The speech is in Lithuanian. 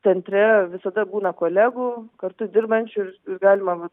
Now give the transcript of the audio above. centre visada būna kolegų kartu dirbančių irs ir galima va